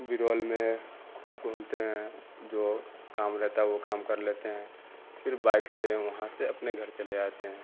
برول میں خوب گھومتے ہیں جو کام رہتا ہے وہ کام کر لیتے ہیں پھر بائک سے وہاں سے اپنے گھر چلے جاتے ہیں